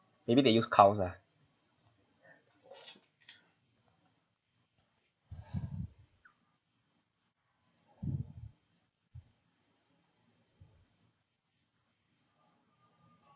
maybe they use cows uh